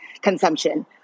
consumption